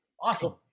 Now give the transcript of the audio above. Awesome